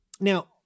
Now